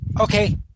Okay